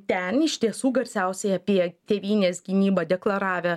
ten iš tiesų garsiausiai apie tėvynės gynybą deklaravę